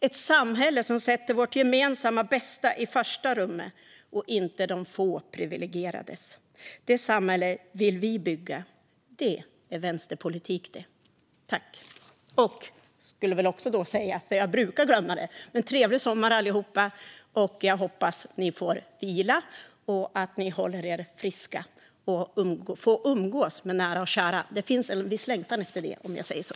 Ett samhälle som sätter vårt gemensamma bästa i första rummet, inte det privilegierade fåtalets. Det samhället vill vi bygga. Det är vänsterpolitik, det! Jag brukar glömma det, men jag ska också önska er allihop en trevlig sommar. Jag hoppas att ni får vila, håller er friska och får umgås med nära och kära. Det finns en viss längtan efter det, om jag säger så.